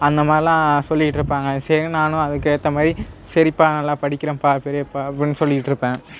அந்தமாரில்லாம் சொல்லிக்கிட்டு இருப்பாங்க சரின்னு நானும் அதுக்கேற்ற மாதிரி சரிப்பா நல்லாப் படிக்கிறேன்ப்பா பெரியப்பா அப்படின்னு சொல்லிகிட்டுருப்பேன்